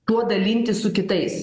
tuo dalintis su kitais